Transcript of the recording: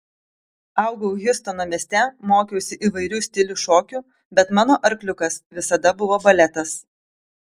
augau hjustono mieste mokiausi įvairių stilių šokių bet mano arkliukas visada buvo baletas